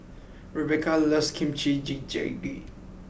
Rebeca loves Kimchi Jjigae